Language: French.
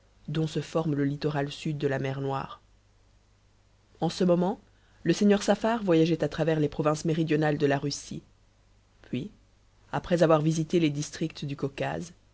dont se forme le littoral sud de la mer noire en ce moment le seigneur saffar voyageait à travers les provinces méridionales de la russie puis après avoir visité les districts du caucase